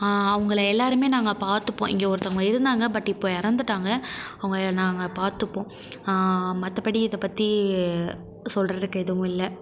அவங்கள எல்லாருமே நாங்கள் பார்த்துப்போம் இங்கே ஒருத்தங்க இருந்தாங்க பட் இப்போ இறந்துட்டாங்க அவங்க நாங்கள் பார்த்துப்போம் மற்றபடி இதைப் பற்றி சொல்கிறதுக்கு எதுவும் இல்லை